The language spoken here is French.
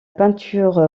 peinture